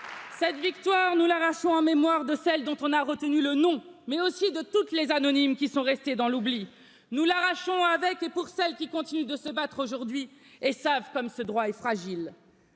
cette victoire nous l'arrachera en mémoire de celle dont on a retenu le nom mais aussi de toutes les anonymes qui sont restés dans l'oubli. nous l'arracher avec et pour celles qui continuent de se battre aujourd'hui et savent comment ce droit est fragile